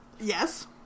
Yes